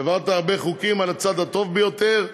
העברת הרבה חוקים על הצד הטוב ביותר,